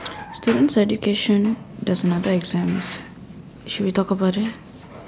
students education there's another exam should we talk about it